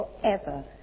forever